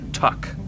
Tuck